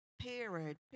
period